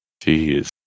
Jeez